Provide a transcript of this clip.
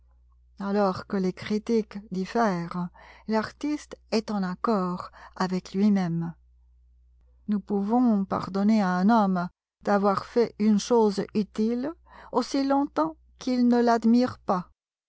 alors que les critiques diffèrent l'artiste est en accord avec lui-même nous pouvons pardonner à un homme d'avoir fait une chose utile aussi longtemps qu'il ne l'admire pas